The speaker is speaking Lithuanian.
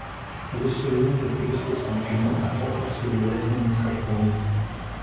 jis sujungė kristaus mokinių epochą su vėlesnėmis kartomis